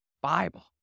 Bible